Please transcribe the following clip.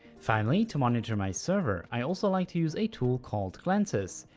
finally to monitor my server i also like to use a tool called glances.